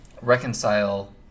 reconcile